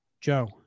Joe